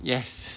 yes